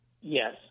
Yes